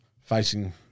facing